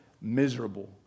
miserable